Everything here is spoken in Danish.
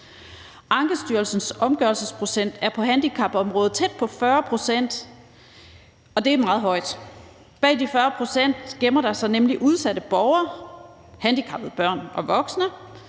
Ankestyrelsens omgørelsesprocent er på handicapområdet tæt på 40, og det er meget højt. Bag de 40 pct. gemmer der sig nemlig udsatte borgere og handicappede børn og voksne,